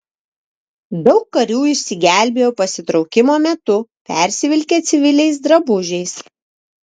daug karių išsigelbėjo pasitraukimo metu persivilkę civiliais drabužiais